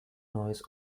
noise